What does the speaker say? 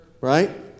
Right